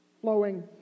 Flowing